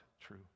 true